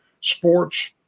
sports